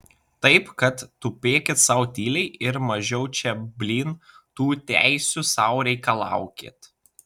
taip kad tupėkit sau tyliai ir mažiau čia blyn tų teisių sau reikalaukit